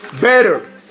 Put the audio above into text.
better